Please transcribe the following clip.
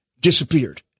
disappeared